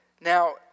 Now